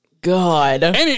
God